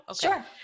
Sure